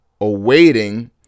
awaiting